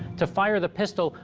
to fire the pistol,